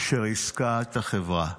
שריסקה את החברה.